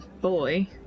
boy